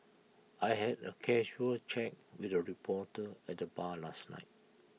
I had A casual chat with A reporter at the bar last night